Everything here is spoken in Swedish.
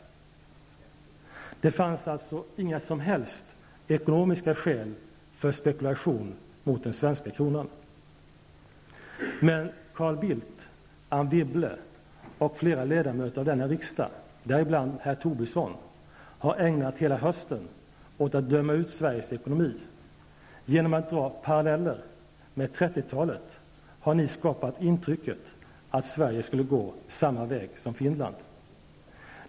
Det fanns alltså inga som helst ekonomiska skäl för spekulation mot den svenska kronan. Men Carl Bildt, Anne Wibble och flera ledamöter av denna riksdag, däribland herr Tobisson, har ägnat hela hösten åt att döma ut Sveriges ekonomi. Genom att dra paralleller med 30-talet har ni skapat intrycket att Sverige skulle gå samma väg som Finland.